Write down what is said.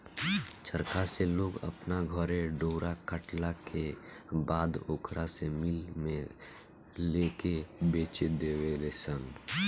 चरखा से लोग अपना घरे डोरा कटला के बाद ओकरा के मिल में लेके बेच देवे लनसन